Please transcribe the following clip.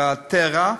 Strattera,